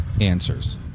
answers